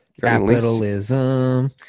Capitalism